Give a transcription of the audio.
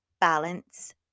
balance